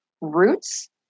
roots